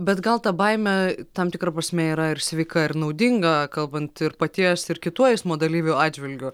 bet gal ta baimė tam tikra prasme yra ir sveika ir naudinga kalbant ir paties ir kitų eismo dalyvių atžvilgiu